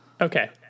Okay